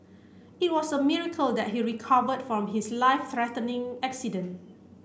it was a miracle that he recovered from his life threatening accident